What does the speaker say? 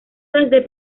desde